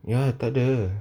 ya tak ada